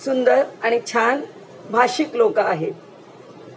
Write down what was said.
सुंदर आणि छान भाषिक लोकं आहेत